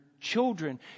children